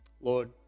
Lord